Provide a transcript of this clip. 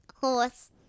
Horse